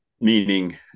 Meaning